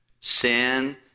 Sin